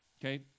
okay